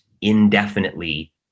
indefinitely